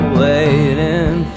waiting